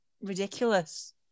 ridiculous